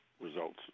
results